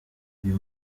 uyu